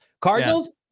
Cardinals